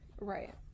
right